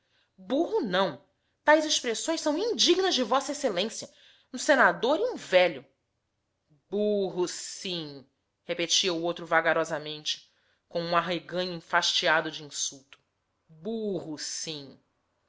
burro não tais expressões são indignas de v ex a um senador e um velho burro sim repetia o outro vagarosamente com um arreganho enfastiado de insulto burro sim